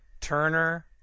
Turner